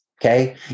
Okay